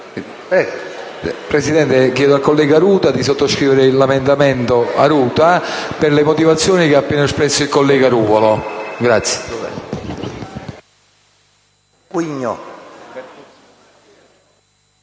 Presidente, chiedo al collega Ruta di sottoscrivere il suo emendamento per le motivazioni che ha appena espresso il collega Ruvolo.